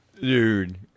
Dude